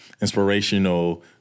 inspirational